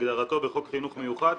כהגדרתו בחוק חינוך מיוחד,